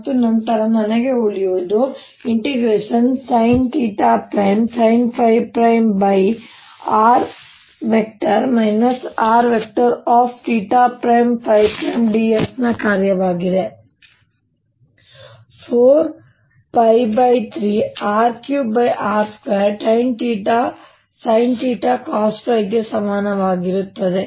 ಮತ್ತು ನಂತರ ನನಗೆ ಉಳಿದಿರುವುದು sinsinϕ|r R|ds ನ ಕಾರ್ಯವಾಗಿದೆ 4π3R3r2sinθcosϕ ಗೆ ಸಮಾನವಾಗಿರುತ್ತದೆ